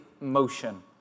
motion